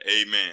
Amen